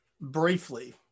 briefly